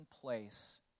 place